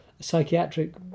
psychiatric